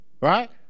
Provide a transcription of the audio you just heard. right